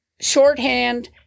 shorthand